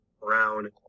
Brown